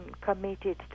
committed